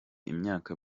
imyaka